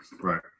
right